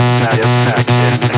satisfaction